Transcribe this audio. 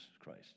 Christ